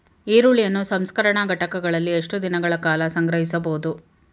ಈರುಳ್ಳಿಯನ್ನು ಸಂಸ್ಕರಣಾ ಘಟಕಗಳಲ್ಲಿ ಎಷ್ಟು ದಿನಗಳ ಕಾಲ ಸಂಗ್ರಹಿಸಬಹುದು?